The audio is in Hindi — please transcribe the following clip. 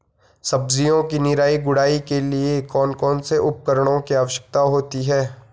सब्जियों की निराई गुड़ाई के लिए कौन कौन से उपकरणों की आवश्यकता होती है?